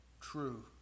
true